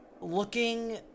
looking